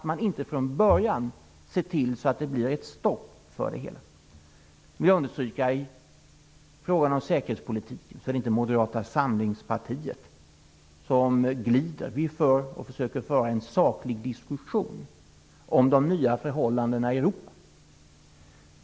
Man måste se till så att det blir ett stopp för det hela från början. I frågan om säkerhetspolitiken vill jag understryka att det inte är Moderata samlingspartiet som glider. Vi försöker föra en saklig diskussion om de nya förhållandena i Europa.